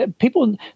People